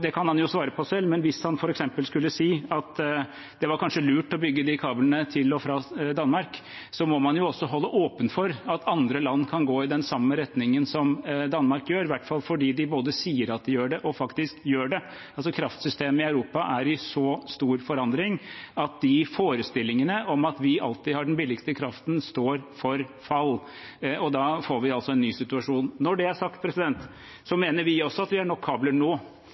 Det kan han jo svare på selv. Men hvis han f.eks. skulle si at det kanskje var lurt å bygge de kablene til og fra Danmark, må man jo også holde åpent for at andre land kan gå i den samme retningen som Danmark gjør, i hvert fall fordi de både sier at de gjør det, og faktisk gjør det. Kraftsystemet i Europa er i så stor forandring at forestillingen om at vi alltid har den billigste kraften, står for fall. Og da får vi altså en ny situasjon. Når det er sagt, mener vi også at vi har nok kabler nå.